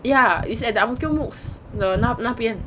ya is at the ang mo kio mooks the 那边